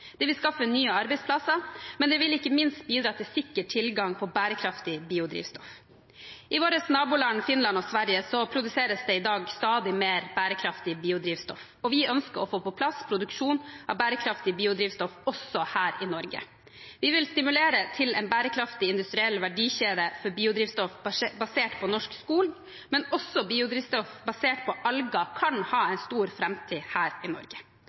Det vil skaffe nye arbeidsplasser, men det vil ikke minst bidra til sikker tilgang på bærekraftig biodrivstoff. I våre naboland Finland og Sverige produseres det i dag stadig mer bærekraftig biodrivstoff, og vi ønsker å få på plass produksjon av bærekraftig biodrivstoff også her i Norge. Vi vil stimulere til en bærekraftig industriell verdikjede for biodrivstoff basert på norsk skog, men også biodrivstoff basert på alger kan ha en stor framtid i Norge.